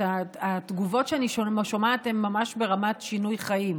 התגובות שאני שומעת הן ממש ברמת שינוי חיים.